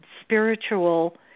spiritual